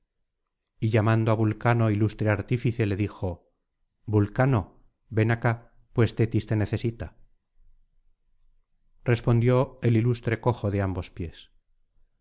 y llamando á vulcano ilustre artífice le dijo vulcano ven acá pues tetis te necesita respondió el ilustre cojo de ambos pies